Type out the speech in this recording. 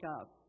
up